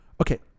Okay